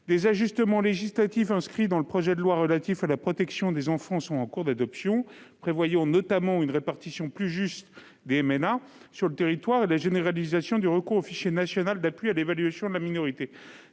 Des ajustements législatifs inscrits dans le projet de loi relatif à la protection des enfants sont en cours d'adoption, prévoyant notamment une répartition plus juste des mineurs non accompagnés sur le territoire et la généralisation du recours au fichier national d'appui à l'évaluation de la minorité.